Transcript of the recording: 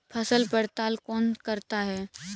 फसल पड़ताल कौन करता है?